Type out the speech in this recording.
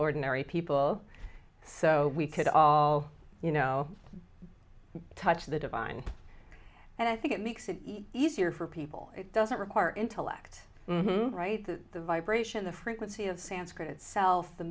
ordinary people so we could all you know touch the divine and i think it makes it easier for people it doesn't require intellect right the vibration the frequency of sanskrit itself the